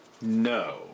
No